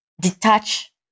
detach